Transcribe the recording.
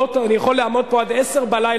אני יכול לעמוד פה עד 22:00,